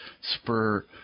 spur